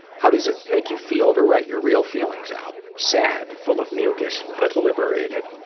how does it make you feel to write your real feelings out? sad, full of mucus, but liberated.